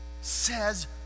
says